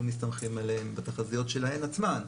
מסתמכים עליהן בתחזיות שלהן עצמן,